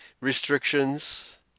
restrictions